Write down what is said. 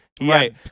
Right